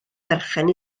berchen